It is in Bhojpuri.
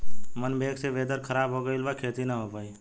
घन मेघ से वेदर ख़राब हो गइल बा खेती न हो पाई